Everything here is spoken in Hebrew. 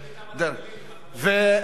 דבר אתם על טילים.